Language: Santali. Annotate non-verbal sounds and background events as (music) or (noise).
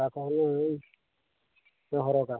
ᱠᱚᱲᱟ ᱠᱚ (unintelligible) ᱦᱚᱨᱚᱜᱼᱟ